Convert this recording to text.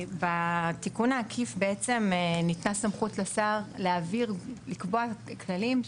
בתיקון העקיף בעצם ניתנה סמכות לשר לקבוע כללים,